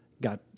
got